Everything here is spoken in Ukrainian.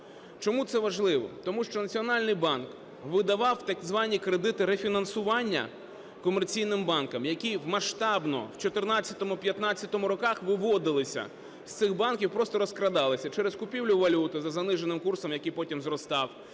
Чому це важливо? Тому що Національний банк видавав, так звані, кредити рефінансування комерційним банкам, які масштабно в 14-15 роках виводилися з цих банків, просто розкрадалися через купівлю валюти за заниженим курсом, який потім зростав,